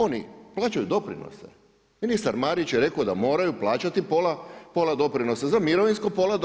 Oni plaćaju doprinose, ministar Marić je rekao da moraju plaćati pola doprinosa za mirovinsko, pola